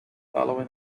following